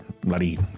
Bloody